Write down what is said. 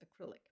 acrylic